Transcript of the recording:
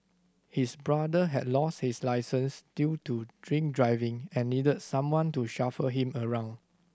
his brother had lost his licence due to drink driving and needed someone to chauffeur him around